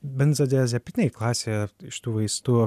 benzodiazepinėj klasėje iš tų vaistų